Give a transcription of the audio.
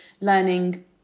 learning